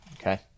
Okay